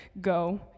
go